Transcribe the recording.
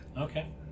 Okay